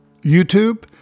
YouTube